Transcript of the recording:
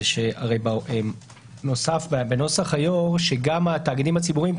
זה שנוסף בנוסח היו"ר שגם התאגידים הציבוריים,